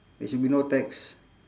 there should be no tax